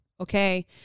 okay